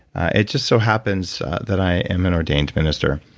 it just so happens that i am an ordained minister.